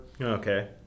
Okay